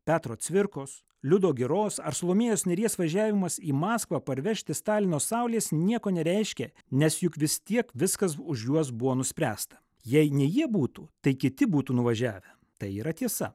petro cvirkos liudo giros ar salomėjos nėries važiavimas į maskvą parvežti stalino saulės nieko nereiškia nes juk vis tiek viskas už juos buvo nuspręsta jei ne jie būtų tai kiti būtų nuvažiavę tai yra tiesa